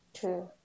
True